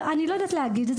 אני לא יודעת להגיד את זה.